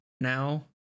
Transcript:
now